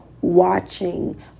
watching